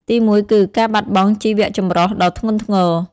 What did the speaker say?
ទីមួយគឺ ការបាត់បង់ជីវចម្រុះ ដ៏ធ្ងន់ធ្ងរ។